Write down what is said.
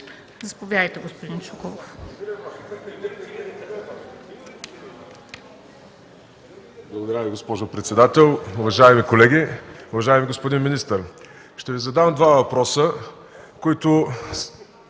Заповядайте, господин Чуколов.